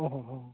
ᱚ ᱦᱚᱸ ᱦᱚᱸ